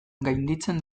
gainditzen